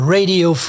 Radio